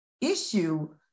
issue